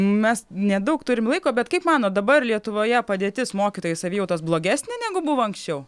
mes nedaug turim laiko bet kaip manot dabar lietuvoje padėtis mokytojų savijautos blogesnė negu buvo anksčiau